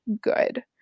good